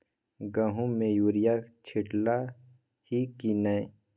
गहुम मे युरिया छीटलही की नै?